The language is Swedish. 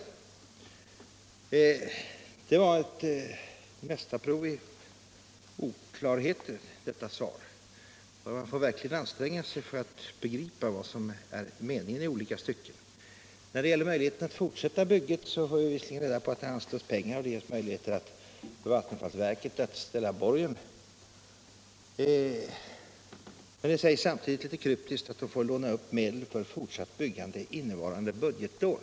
Svaret var ett mästarprov i oklarheter. Man får verkligen anstränga sig för att begripa vad som är meningen i olika stycken. När det gäller möjligheten att fortsätta bygget får vi visserligen reda på att det kommer = Nr 25 att anslås pengar och ges möjlighet för statens vattenfallsverk att teckna borgen, men det sägs samtidigt litet kryptiskt att ”Forsmarksbolaget ges möjlighet att låna upp medel för fortsatt byggande innevarande budgetår”.